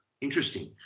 Interesting